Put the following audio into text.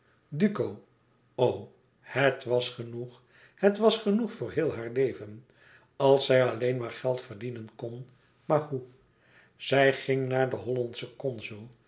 o het was genoeg het was genoeg voor heel haar leven als zij alleen maar geld verdienen kon maar hoe zij ging naar de